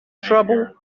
trouble